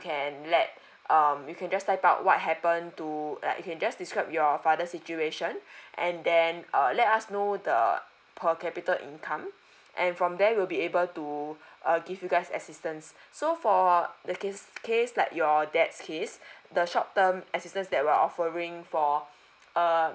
can let um you can just type out what happen to like you can just describe your father's situation and then err let us know the per capita income and from there we'll be able to uh give you guys assistance so for the case case like your dad's case the short term assistance that we are offering for err